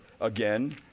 again